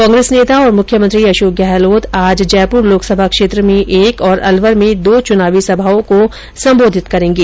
कांग्रेस नेता और मुख्यमंत्री अशोक गहलोत आज जयपुर लोकसभा क्षेत्र में एक तथा अलवर में दो चुनावी सभाओं को संबोधित करेंगे